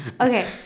Okay